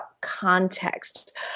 context